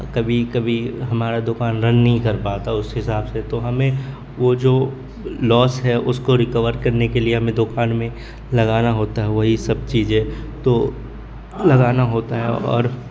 کبھی کبھی ہمارا دوکان رن نہیں کر پاتا اس حساب سے تو ہمیں وہ جو لاس ہے اس کو ریکور کرنے کے لیے ہمیں دوکان میں لگانا ہوتا ہے وہی سب چیزیں تو لگانا ہوتا ہے اور